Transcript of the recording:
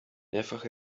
mehrfach